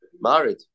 married